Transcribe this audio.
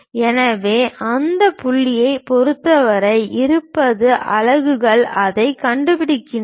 எனவே அந்த புள்ளியைப் பொறுத்தவரை இருபது அலகுகள் அதைக் கண்டுபிடிக்கின்றன